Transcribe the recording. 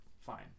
Fine